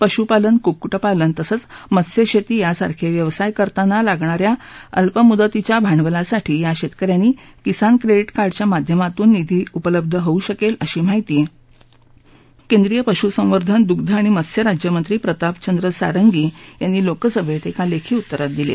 पशूपालन कुक्कू पोलन तसंच मत्सशेती या सारखे व्यवसाय करताना लागणाऱ्या अल्प मुदतीच्या भांडवलासाठी या शेतकऱ्यांनी किसान क्रेडी कार्डाच्या माध्यमातून निधी उपलब्ध होऊ शकेल अशी माहिती केंद्रीय पशुसंवर्धन दुग्ध आणि मत्स्य राज्यमंत्री प्रतापचंद्र सारंगी यांनी लोकसभेत एका लेखी उत्तरात दिली